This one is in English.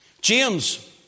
James